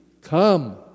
Come